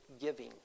giving